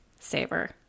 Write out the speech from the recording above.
Saber